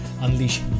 unleash